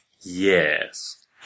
Yes